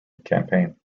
campaign